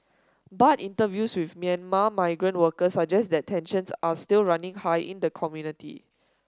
but interviews with Myanmar migrant workers suggest that tensions are still running high in the community